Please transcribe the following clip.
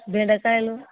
బెండకాయలు